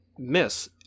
miss